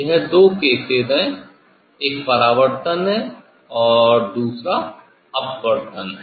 यह दो केसेस है एक परावर्तन है और दूसरा अपवर्तन है